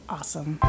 Awesome